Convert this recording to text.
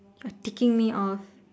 you're taking me off